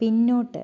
പിന്നോട്ട്